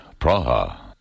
Praha